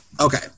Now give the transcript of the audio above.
Okay